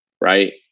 right